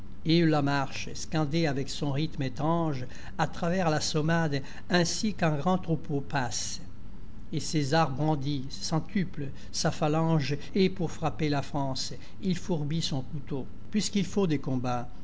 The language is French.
la marche scandée avec son rythme étrange a travers l'assommade ainsi qu'un grand troupeau passe et césar brandit centuple sa phalange et pour frapper la france il fourbit son couteau puisqu'il faut des combats